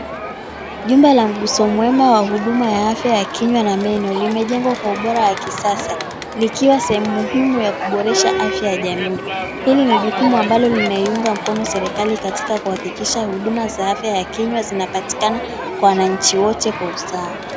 Jumba la Mguso mwema wa huduma ya afya ya kinywa na meno limejengwa kwa ubora wa kisasa, likiwa sehemu muhimu ya kuboresha afya ya jamii. Hili ni jukumu ambalo linaiunga mkono serikali katika kuhakikisha huduma za afya zinapatikana kwa wananchi wote kwa usawa.